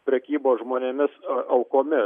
prekybos žmonėmis aukomis